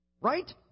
Right